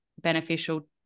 beneficial